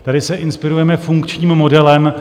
Tady se inspirujeme funkčním modelem.